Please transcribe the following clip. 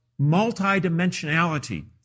multidimensionality